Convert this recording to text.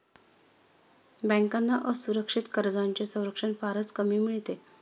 बँकांना असुरक्षित कर्जांचे संरक्षण फारच कमी मिळते